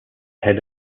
head